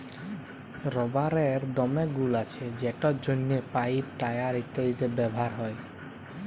রাবারের দমে গুল্ আছে যেটর জ্যনহে পাইপ, টায়ার ইত্যাদিতে ব্যাভার হ্যয়